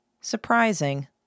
Surprising